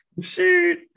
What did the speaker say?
shoot